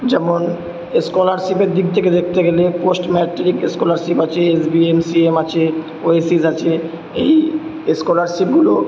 যেমন স্কলারশিপের দিক থেকে দেখতে গেলে পোস্ট ম্যাট্রিক স্কলারশিপ আছে S B N C M আছে ওয়েসিস আছে এই এস্কলারশিপগুলো